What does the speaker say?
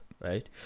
right